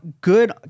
good